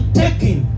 taking